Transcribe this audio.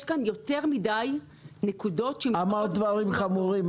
יש כאן יותר מדי נקודות --- אמרת דברים חמורים.